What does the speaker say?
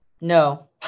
No